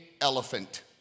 elephant